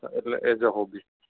એટલે as a hobby